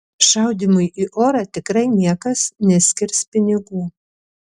šaudymui į orą tikrai niekas neskirs pinigų